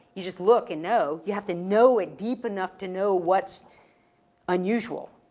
you just look and know, you have to know it deep enough to know what's unusual.